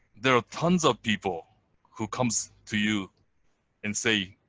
there are tons of people who comes to you and say,